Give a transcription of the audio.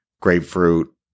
grapefruit